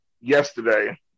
yesterday